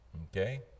okay